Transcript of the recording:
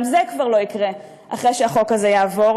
גם זה כבר לא יקרה, אחרי שהחוק הזה יעבור,